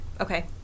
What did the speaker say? Okay